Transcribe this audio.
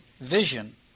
vision